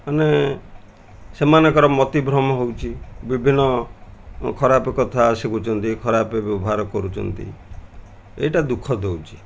ମାନେ ସେମାନଙ୍କର ମତିଭ୍ରମ ହେଉଛି ବିଭିନ୍ନ ଖରାପ କଥା ଶିଖୁଛନ୍ତି ଖରାପେ ବ୍ୟବହାର କରୁଛନ୍ତି ଏଇଟା ଦୁଃଖ ଦଉଛି